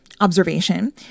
observation